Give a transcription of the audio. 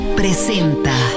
presenta